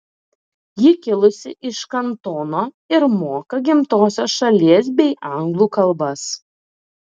ji kilusi iš kantono ir moka gimtosios šalies bei anglų kalbas